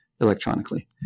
electronically